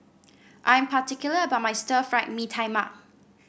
I am particular about my Stir Fried Mee Tai Mak